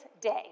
day